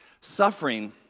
suffering